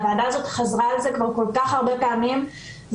הוועדה הזאת חזרה על זה כבר כל-כך הרבה פעמים ובאמת,